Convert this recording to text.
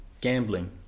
gambling